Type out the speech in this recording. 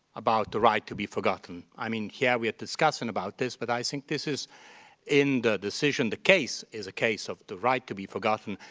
about the right to be forgotten. i mean here we are discussing about this, but i think this is in the decision, the case is a case of the right to be forgotten,